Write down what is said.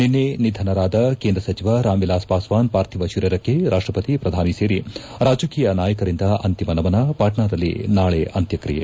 ನಿನ್ನೆ ನಿಧನರಾದ ಕೇಂದ್ರ ಸಚಿವ ರಾಮ್ ಎಲಾಸ್ ಪಾಸ್ವಾನ್ ಪಾರ್ಥಿವ ಶರೀರಕ್ಕೆ ರಾಷ್ಷಪತಿ ಪ್ರಧಾನಿ ಸೇರಿ ರಾಜಕೀಯ ನಾಯಕರಿಂದ ಅಂತಿಮ ನಮನ ಪಾಟ್ನಾದಲ್ಲಿ ನಾಳೆ ಅಂತ್ಯಕ್ರಿಯೆ